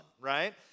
right